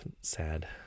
sad